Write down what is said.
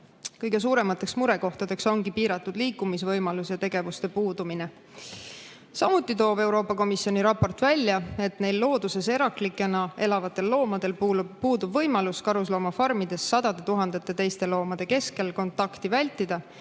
Kõige suuremateks murekohtadeks ongi piiratud liikumisvõimalus ja tegevuse puudumine. Samuti toob Euroopa Komisjoni raport välja, et neil looduses eraklikena elavatel loomadel puudub võimalus karusloomafarmides sadade tuhandete teiste loomade keskel kontakti vältida,